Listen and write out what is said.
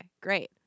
great